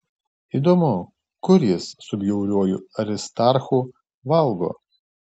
įdomu kur jis su bjauriuoju aristarchu valgo